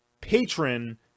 patron